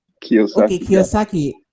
kiyosaki